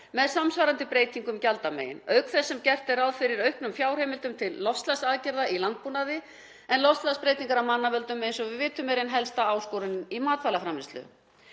með samsvarandi breytingum gjaldamegin, auk þess sem gert er ráð fyrir auknum fjárheimildum til loftslagsaðgerða í landbúnaði en loftslagsbreytingar af mannavöldum eru eins og við vitum ein helsta áskorunin í matvælaframleiðslu.